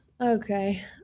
Okay